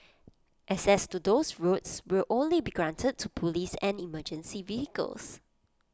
access to those roads will only be granted to Police and emergency vehicles